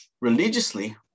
religiously